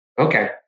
Okay